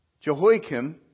Jehoiakim